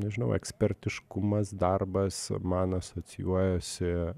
nežinau ekspertiškumas darbas man asocijuojasi